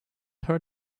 heard